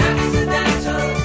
Accidental